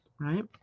right